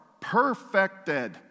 perfected